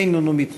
אין לנו מתנגדים,